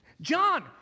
John